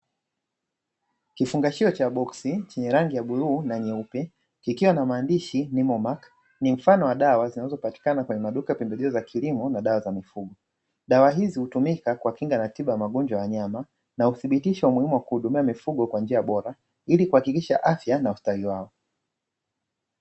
Kifungashio cha boksi chenye rangi bluu na nyeupe kikiwa na maandishi(NIMOMAC) ni mfano wa dawa zinazopatikana kwenye maduka ya pembejeo za kilimo na dawa za mifugo dawa hizi utumika kuwakinga kwa tiba ya magonjwa ya wanyama na uthibitishi muhimu wa kuhudumia mifugo kwa njia bora ilikuhakikisha afya na ustawi wao.